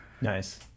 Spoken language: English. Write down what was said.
nice